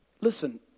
Listen